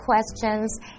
questions